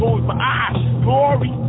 glory